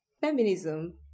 feminism